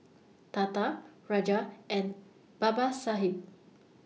Tata Raja and Babasaheb